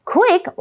Quick